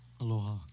Aloha